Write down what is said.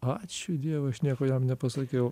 ačiū dievui aš nieko jam nepasakiau